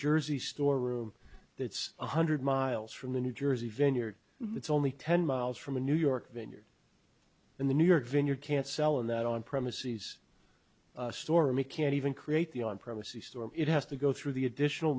jersey store room that's one hundred miles from the new jersey venue that's only ten miles from a new york vineyard in the new york vineyard can't sell in that on premises stormy can't even create the on privacy storm it has to go through the additional